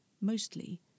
Mostly